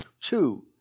Two